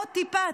עוד טיפה,